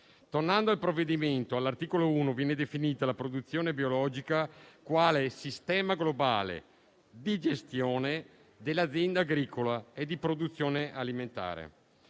Tornando al provvedimento, all'articolo 1 viene definita la produzione biologica quale sistema globale di gestione dell'azienda agricola e di produzione alimentare,